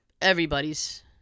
everybody's